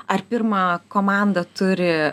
ar pirma komanda turi